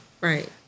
Right